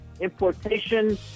importation